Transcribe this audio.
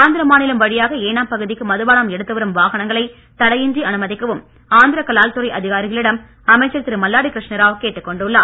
ஆந்திர மாநிலம் வழியாக ஏனாம் பகுதிக்கு மதுபானம் எடுத்து வரும் வாகனங்களை தடையின்றி அனுமதிக்கவும் ஆந்திர கலால் துறை அதிகாரிகளிடம் அமைச்சர் திரு மல்லாடி கிருஷ்ணாராவ் கேட்டுக்கொண்டுள்ளார்